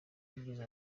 yigeze